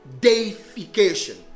deification